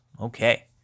Okay